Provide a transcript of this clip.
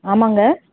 ஆமாங்க